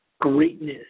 greatness